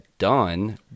done